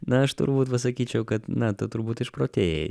na aš turbūt pasakyčiau kad na tu turbūt išprotėjai